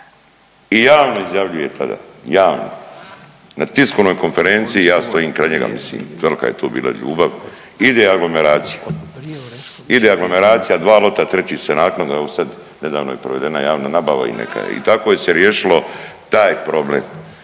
I javno izjavljuje tada, javno na tiskovnoj konferenciji ja stojim kraj njega, mislim velika je to bila ljubav ide aglomeracija, ide aglomeracija dva lota, treći se naknadno. Evo sad nedavno je provedena javna nabava i neka je i tako se riješilo taj problem.